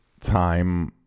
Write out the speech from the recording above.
time